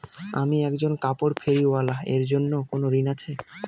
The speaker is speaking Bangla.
আমি একজন কাপড় ফেরীওয়ালা এর জন্য কোনো ঋণ আছে?